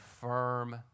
firm